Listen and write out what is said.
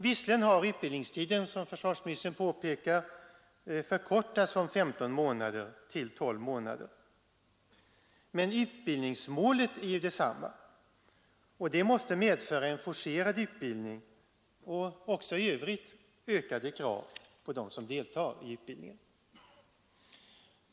Visserligen har utbildningstiden, som försvarsministern påpekar, förkortats från 15 månader till 12 månader, men utbildningsmålet är detsamma, och detta måste medföra en forcerad utbildning och även i övrigt ökade krav på dem som deltar i utbildningen.